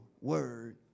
word